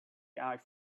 ash